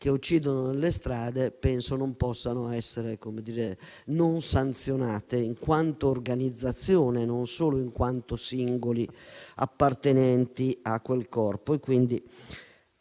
che uccidono nelle strade possano essere sanzionate in quanto organizzazione, non solo in quanto singoli appartenenti a quel corpo.